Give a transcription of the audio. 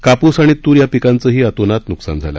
कापूस आणि तूर या पिकांचंही अतोनात न्कसान झालं